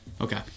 okay